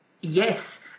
yes